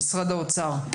ממשרד האוצר,